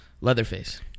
Leatherface